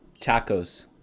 Tacos